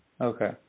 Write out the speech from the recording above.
Okay